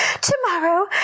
Tomorrow